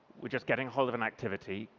we're just getting ahold of an activity,